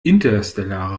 interstellare